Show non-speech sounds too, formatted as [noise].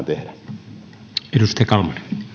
[unintelligible] tehdä arvoisa